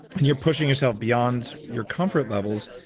and you're pushing yourself beyond your comfort levels,